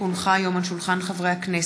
כי הונחו היום על שולחן הכנסת,